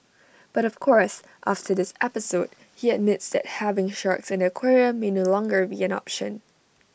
but of course after this episode he admits that having sharks in the aquarium may no longer be an option